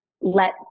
let